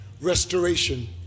restoration